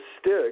stick